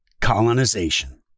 colonization